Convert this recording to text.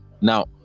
now